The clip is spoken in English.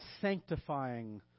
sanctifying